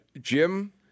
Jim